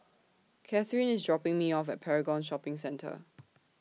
Kathryne IS dropping Me off At Paragon Shopping Centre